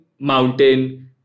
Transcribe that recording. mountain